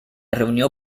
reunió